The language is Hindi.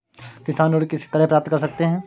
किसान ऋण किस तरह प्राप्त कर सकते हैं?